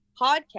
podcast